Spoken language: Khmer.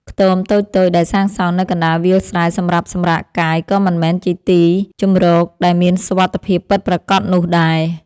ខ្ទមតូចៗដែលសាងសង់នៅកណ្តាលវាលស្រែសម្រាប់សម្រាកកាយក៏មិនមែនជាទីជម្រកដែលមានសុវត្ថិភាពពិតប្រាកដនោះដែរ។